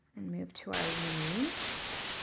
and move to our leaves.